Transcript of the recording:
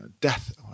death